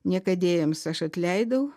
niekadėjams aš atleidau